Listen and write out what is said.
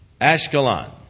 Ashkelon